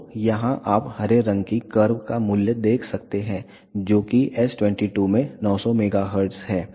तो यहां आप हरे रंग की कर्व का मूल्य देख सकते हैं जो कि S22 में 900 MHz है